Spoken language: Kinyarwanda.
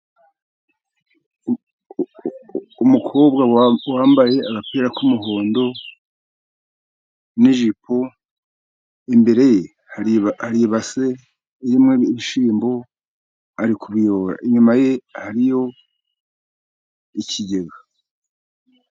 Umukobwa wambaye agapira k'umuhondo n'ijipo. Imbere ye hari ibase iririmo ibishyimbo ari kubiyora. Inyuma ye hariyo ikigega.